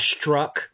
struck